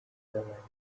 banyemereye